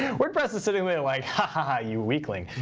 wordpress is sitting there like, ha, ha, ha, you weakling.